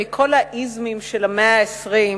מכל ה"איזמים" של המאה ה-20,